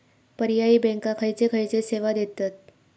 पर्यायी बँका खयचे खयचे सेवा देतत?